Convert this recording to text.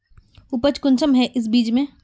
उपज कुंसम है इस बीज में?